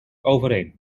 overeen